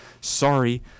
sorry